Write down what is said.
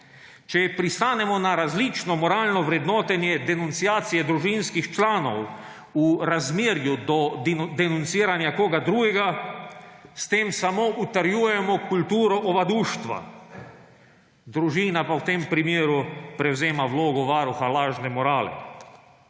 Če pristanemo na različno moralno vrednotenje denunciacije družinskih članov v razmerju do denunciranja koga drugega, s tem samo utrjujemo kulturo ovaduštva, družina pa v tem primeru prevzema vlogo varuha lažne morale.